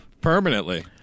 Permanently